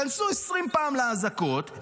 תיכנסו 20 פעם לאזעקות,